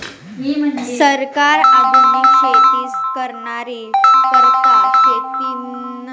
सरकार आधुनिक शेती करानी करता शेतीना मशिने ईकत लेवाले सांगस